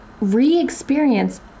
re-experience